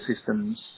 systems